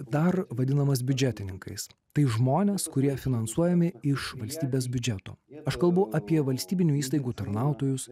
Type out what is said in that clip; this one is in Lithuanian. dar vadinamas biudžetininkais tai žmonės kurie finansuojami iš valstybės biudžeto aš kalbu apie valstybinių įstaigų tarnautojus